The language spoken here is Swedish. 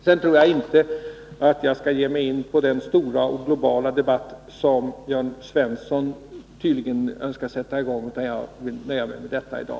Jag tror inte att jag skall ge mig in i den stora och globala debatt som Jörn Svensson tydligen önskar sätta i gång, utan jag vill nöja mig med detta i dag.